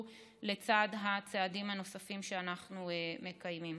לצד הצעדים הנוספים שאנחנו מקיימים.